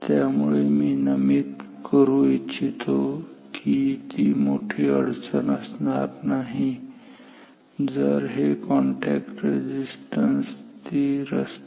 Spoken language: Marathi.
त्यामुळे मी नमूद करू इच्छितो की ती मोठी अडचण असणार नाही जर हे कॉन्टॅक्ट रेझिस्टन्स स्थिर असते